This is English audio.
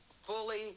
fully